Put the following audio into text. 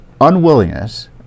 unwillingness